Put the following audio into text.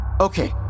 Okay